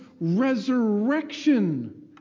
resurrection